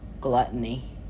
Gluttony